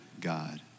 God